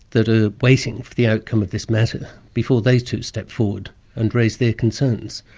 that are waiting for the outcome of this matter before they too step forward and raise their concerns.